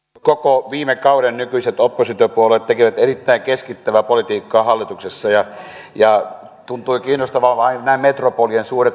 koko viime kauden nykyiset oppositiopuolueet tekivät erittäin keskittävää politiikkaa hallituksessa ja tuntuivat kiinnostavan vain nämä metropolien suuret raidehankkeet